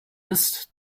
ist